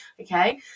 okay